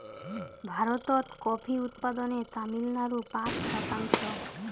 ভারতত কফি উৎপাদনে তামিলনাড়ু পাঁচ শতাংশ